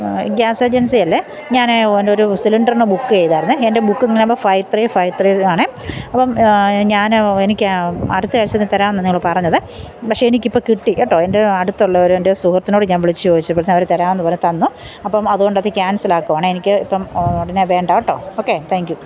gas ഏജൻസിയല്ലേ ഞാനേ ഞാനൊരു സിലിണ്ടറിന് ബുക്ക് ചെയ്തിരുന്നു എൻ്റെ booking number five three five three ആണേ അപ്പം ഞാൻ എനിക്ക് അടുത്ത ആഴ്ച്ച ഇത് തരാം എന്നു നിങ്ങൾ പറഞ്ഞത് പക്ഷെ എനിക്കിപ്പോൾ കിട്ടി കേട്ടോ എൻ്റെ അടുത്തുള്ളവർ എൻ്റെ സുഹൃത്തിനോട് ഞാൻ വിളിച്ചു ചോദിച്ചപ്പോഴത്തേക്ക് അവർ തരാം എന്നു പറഞ്ഞ് തന്നു അപ്പം അതുകൊണ്ട് അത് ക്യാൻസലാക്കുകയാണേ എനിക്ക് ഇപ്പം ഒടനെ വേണ്ട കേട്ടോ ഓക്കെ താങ്ക് യു